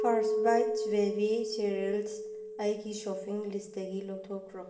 first bite baby cereals ꯑꯩꯒꯤ shopping ꯂꯤꯁꯇꯒꯤ ꯂꯧꯊꯣꯛꯈ꯭ꯔꯣ